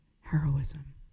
heroism